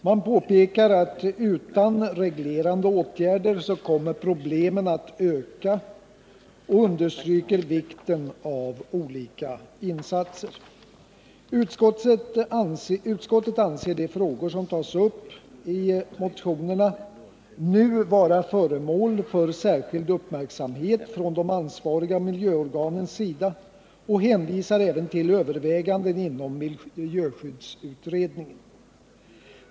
Man påpekar att utan reglerande åtgärder kommer problemen att öka och understryker vikten av olika insatser. Utskottet anser de frågor som tas upp i de aktuella motionerna vara föremål för särskild uppmärksamhet från de ansvariga miljöorganens sida och hänvisar även till överväganden inom miljöskyddsutredningen.